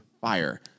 fire